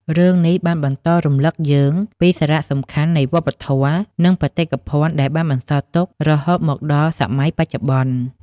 រឿងនេះបន្តរំឭកយើងពីសារៈសំខាន់នៃវប្បធម៌ និងបេតិកភណ្ឌដែលបានបន្សល់ទុករហូតមកដល់សម័យបច្ចុប្បន្ន។